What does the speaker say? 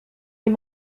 est